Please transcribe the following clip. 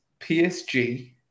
PSG